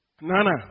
Nana